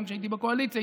גם כשהייתי בקואליציה,